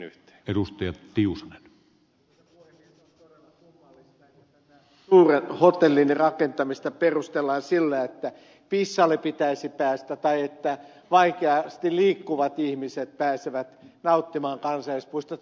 on todella kummallista että tätä suuren hotellin rakentamista perustellaan sillä että pissalle pitäisi päästä tai että vaikeasti liikkuvat ihmiset pääsevät nauttimaan kansallispuistosta